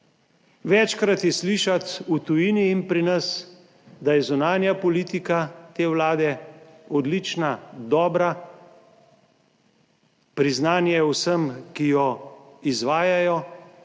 Večkrat je slišati v tujini in pri nas, da je zunanja politika te Vlade odlična, dobra, priznanje vsem, ki jo izvajajo.